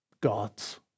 gods